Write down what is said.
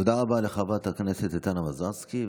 תודה רבה לחברת הכנסת טטיאנה מזרסקי.